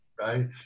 right